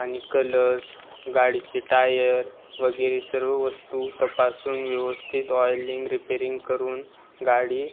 आणि कलर्स गाडीचे टायर वगैरे सर्व वस्तू तपासून व्यवस्थित ऑयलिंग रिपेरिंग करून गाडी